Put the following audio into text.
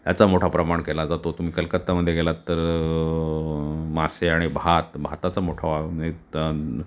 ह्याचा मोठा प्रमाण केला जातो तुम्ही कलकत्त्यामध्ये गेलात तर मासे आणि भात भाताचं मोठं मी तन्